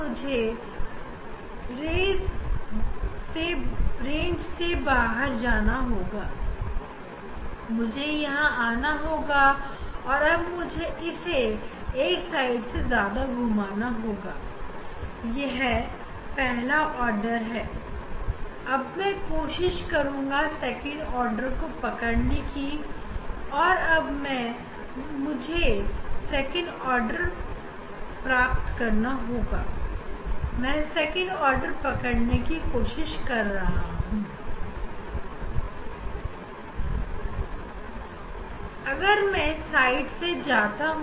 मुझे रेंज से बाहर जाना होगा और अब इसे एक साइड से ज्यादा घुमाने होगा यह पहला आर्डर है अब मैं सेकंड ऑर्डर को पकड़ने की कोशिश करुंगा